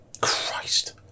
Christ